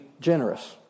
generous